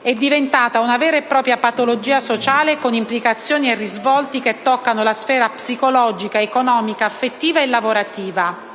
è diventata una vera e propria patologia sociale con implicazioni e risvolti che toccano la sfera psicologica, economica, affettiva e lavorativa.